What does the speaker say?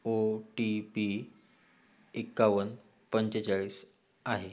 ओ T P एकावन्न पंचेचाळीस आहे